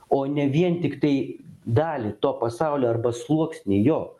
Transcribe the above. o ne vien tiktai dalį to pasaulio arba sluoksnį jo